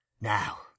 Now